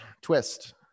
Twist